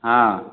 हँ